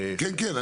כן, כן.